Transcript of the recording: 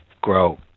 grow